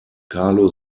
carlo